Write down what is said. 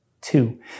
two